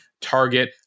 target